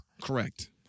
Correct